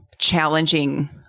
challenging